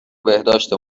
بهداشت